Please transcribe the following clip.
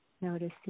noticing